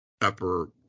upper